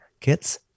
Kits